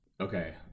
okay